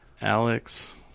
Alex